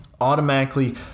automatically